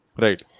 Right